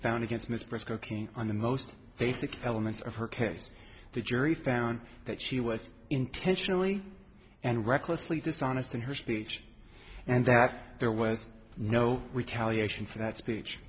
found against mr skokie on the most basic elements of her case the jury found that she was intentionally and recklessly dishonest in her speech and that there was no retaliation for that speech